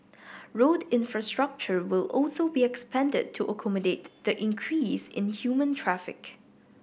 road infrastructure will also be expanded to accommodate the increase in human traffic